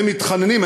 הם מתחננים,